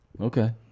okay